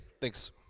thanks